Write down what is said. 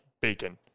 bacon